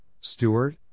Stewart